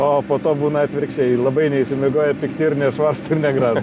o po to būna atvirkščiai labai neišsimiegoję pikti ir nešvarūs ir negražūs